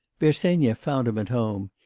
bersenyev found him at home.